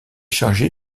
chargé